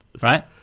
right